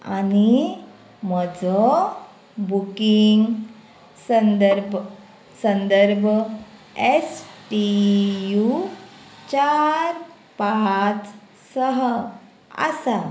आनी म्हजो बुकींग संदर्भ संदर्भ एस टी यू चार पांच सह आसा